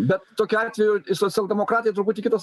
bet tokiu atveju socialdemokratai truputį kitas